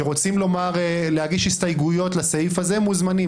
שרוצים להגיש הסתייגויות לסעיף הזה מוזמנים.